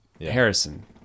Harrison